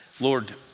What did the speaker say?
Lord